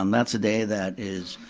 um that's a day that is,